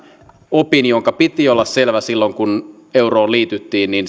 opin jonka piti olla selvä silloin kun euroon liityttiin